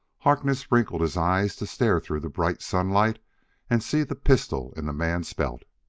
harkness wrinkled his eyes to stare through the bright sunlight and see the pistol in the man's belt.